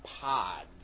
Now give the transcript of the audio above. pods